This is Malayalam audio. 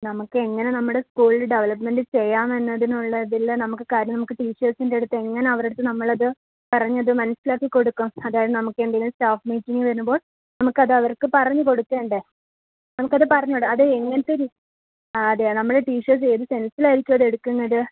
നമുക്ക് എങ്ങനെ നമ്മുടെ സ്കൂൾൽ ഡെവലപ്മെൻറ്റ് ചെയ്യാമെന്നതിനുള്ളതിൽ നമുക്ക് കാര്യം നമുക്ക് ടീച്ചേഴ്സിൻ്റടുത്തെങ്ങനെ അവരടുത്ത് നമ്മളത് പറഞ്ഞത് മനസ്സിലാക്കി കൊടുക്കും അതായത് നമുക്കെന്തേലും സ്റ്റാഫ് മീറ്റിംഗ് വരുമ്പോൾ നമുക്കത് അവർക്ക് പറഞ്ഞ് കൊടുക്കേണ്ടേ നമുക്കത് പറഞ്ഞൂടാ അത് എങ്ങനത്തൊരു ആ അതെ നമ്മളെ ടീച്ചേഴ്സേത് സെൻസിലായിരിക്കും അതെടുക്കുന്നത്